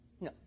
No